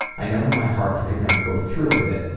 i know in my heart i could never go through with it,